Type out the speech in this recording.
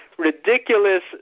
ridiculous